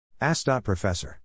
Ask.Professor